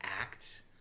act